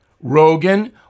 Rogan